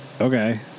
okay